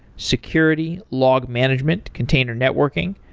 security, log management, container networking,